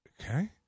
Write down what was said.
okay